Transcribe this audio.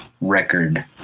record